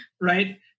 right